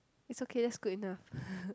is okay is good enough